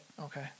Okay